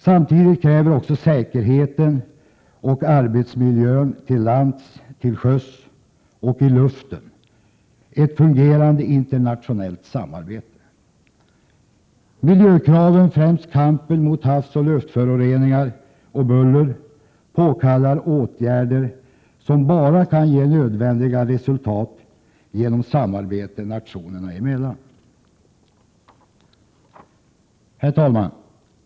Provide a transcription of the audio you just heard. Samtidigt kräver också säkerheten och arbetsmiljön till lands, till sjöss och i luften ett fungerande internationellt samarbete. Miljökraven, främst kampen mot havsoch luftföroreningar och buller, påkallar åtgärder som bara kan ge nödvändiga resultat genom samarbete nationerna emellan. Herr talman!